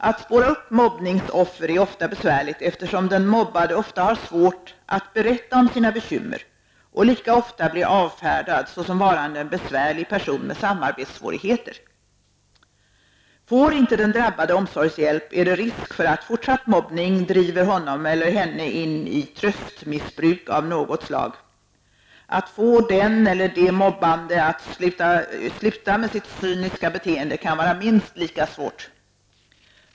Att spåra upp mobbningsoffer är ofta besvärligt, eftersom den mobbade ofta har svårt att berätta om sina bekymmer och lika ofta blir avfärdad såsom varande en besvärlig person med samarbetssvårigheter. Får inte den drabbade omsorgshjälp är det risk för att fortsatt mobbning driver honom eller henne in i tröstmissbruk av något slag. Att få den eller de mobbande att sluta med sitt cyniska beteende kan vara minst lika svårt.